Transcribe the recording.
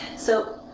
so,